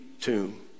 tomb